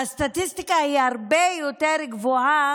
והסטטיסטיקה היא הרבה יותר גבוהה